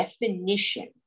definition